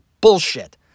bullshit